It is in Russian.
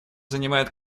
занимает